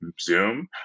Zoom